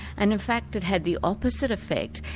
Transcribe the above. and in fact it had the opposite effect.